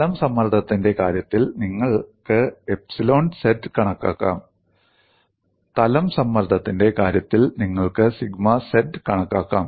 തലം സമ്മർദ്ദത്തിന്റെ കാര്യത്തിൽ നിങ്ങൾക്ക് എപ്സിലോൺ z കണക്കാക്കാം തലം സമ്മർദ്ദത്തിന്റെ കാര്യത്തിൽ നിങ്ങൾക്ക് സിഗ്മ z കണക്കാക്കാം